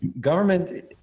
government